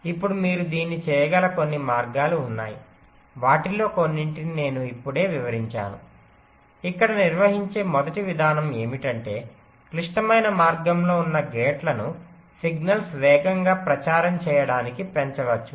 ఇప్పుడు మీరు దీన్ని చేయగల కొన్ని మార్గాలు ఉన్నాయి వాటిలో కొన్నింటిని నేను ఇప్పుడే వివరించాను ఇక్కడ నిర్వహించే మొదటి విధానం ఏమిటంటే క్లిష్టమైన మార్గంలో ఉన్న గేట్లను సిగ్నల్స్ వేగంగా ప్రచారం చేయడానికి పెంచవచ్చు